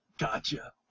Gotcha